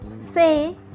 say